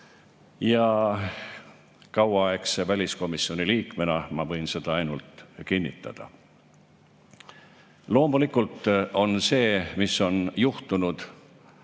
ja kauaaegse väliskomisjoni liikmena ma võin seda ainult kinnitada. Loomulikult see, mis on juhtunud